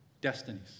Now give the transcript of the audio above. destinies